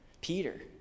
Peter